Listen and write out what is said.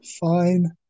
Fine